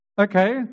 Okay